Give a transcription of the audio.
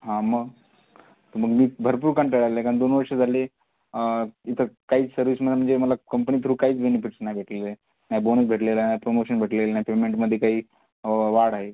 हां मग मग मी भरपूर कंटाळलो आहे कारण दोन वर्षं झाले इथं काहीच सर्विस मॅम म्हणजे मला कंपनी थ्रू काहीच बेनिफिट्स नाही भेटलेले नाही बोनस भेटलेला नाही प्रमोशन भेटलेलं नाही पेमेंटमध्ये काही वाढ आहे